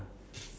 ya